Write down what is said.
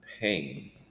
pain